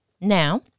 Now